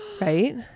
right